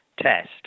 test